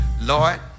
Lord